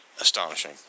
astonishing